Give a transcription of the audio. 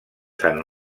sant